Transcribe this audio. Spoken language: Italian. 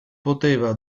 poteva